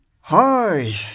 Hi